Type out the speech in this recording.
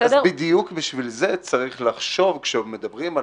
בדיוק לשם כך צריך לחשוב כאשר מדברים על